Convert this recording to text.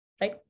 Right